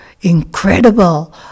incredible